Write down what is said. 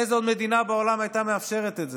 איזו עוד מדינה בעולם הייתה מאפשרת את זה?